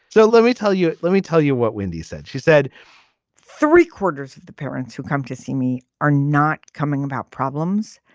so let me tell you. let me tell you what wendy said she said three quarters of the parents who come to see me are not coming about problems.